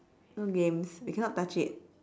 mm games we cannot touch it